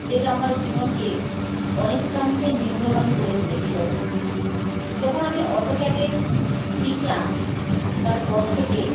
যেটা আমার জীবনকে অনেকাংশেই নিম্নগামী করে তুলেছিল যখন আমি অটোক্যাডে শিখলাম তারপর থেকে